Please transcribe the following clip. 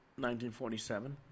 1947